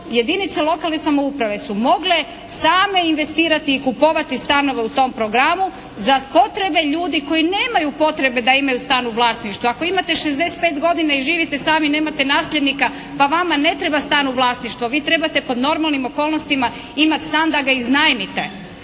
jedinice lokalne samouprave su mogle same investirati i kupovati stanove u tom programu za potrebe ljudi koji nemaju potrebe da imaju stan u vlasništvu. Ako imate 65 godina i živite sami, nemate nasljednika pa vama ne treba stan u vlasništvu, a vi trebate pod normalnim okolnostima imati stan da ga iznajmite.